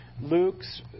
Luke's